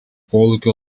kolūkio